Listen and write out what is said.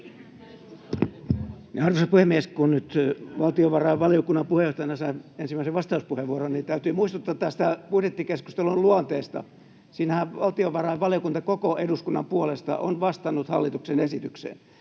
Arvoisa puhemies! Kun nyt valtiovarainvaliokunnan puheenjohtajana sain ensimmäisen vastauspuheenvuoron, niin täytyy muistuttaa tästä budjettikeskustelun luonteesta. Siinähän valtiovarainvaliokunta koko eduskunnan puolesta on vastannut hallituksen esitykseen,